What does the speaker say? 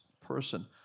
person